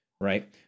right